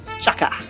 Chaka